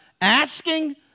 asking